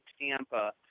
Tampa